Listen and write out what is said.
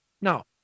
Now